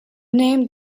name